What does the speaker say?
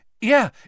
Yeah